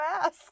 ask